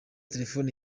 telephone